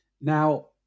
Now